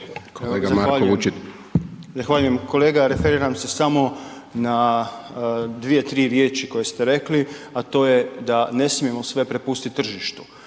(Nezavisni)** Zahvaljujem kolega, referiram se samo na dvije, tri riječi koje ste rekli, a to je da ne smijemo sve prepustit tržištu.